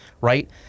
right